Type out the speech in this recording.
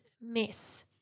miss